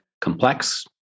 complex